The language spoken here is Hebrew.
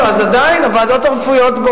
אז עדיין הוועדות הרפואיות,